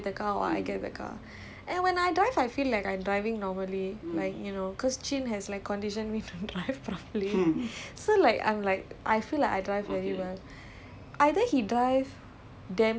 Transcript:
go with him in the car very often cause usually like we just take train so once in a while only he get the car or I get the car and when I drive I feel like I'm driving normally like you know cause chin has conditioned me to drive properly